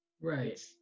Right